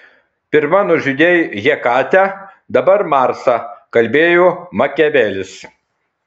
pirma nužudei hekatę dabar marsą kalbėjo makiavelis